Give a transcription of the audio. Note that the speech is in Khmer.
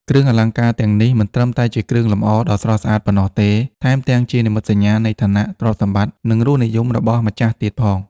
គ្រឿងអលង្ការទាំងនេះមិនត្រឹមតែជាគ្រឿងលម្អដ៏ស្រស់ស្អាតប៉ុណ្ណោះទេ ថែមទាំងជានិមិត្តសញ្ញានៃឋានៈ ទ្រព្យសម្បត្តិ និងរសនិយមរបស់ម្ចាស់ទៀតផង។